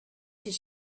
his